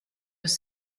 was